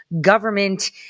government